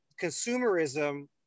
Consumerism